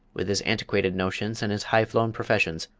with his antiquated notions and his high-flown professions,